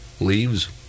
leaves